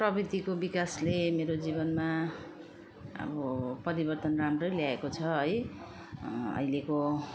प्रविधिको विकासले मेरो जीवनमा अब परिवर्तन राम्रै ल्याएको छ है अहिलेको